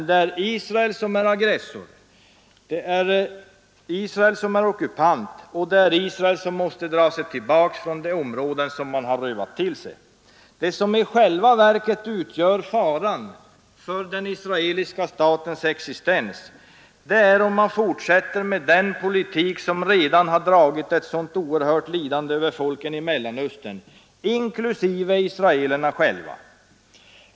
Det är Israel som är aggressor. Det är Israel som är ockupant, och det är Israel som måste dra sig tillbaka från de områden som Israel har rövat till sig. Det som i själva verket utgör faran för den israeliska statens existens är om man fortsätter med den politik som redan har dragit ett sådant oerhört lidande över folken i Mellanöstern inklusive israelerna själva.